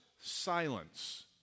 silence